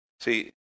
See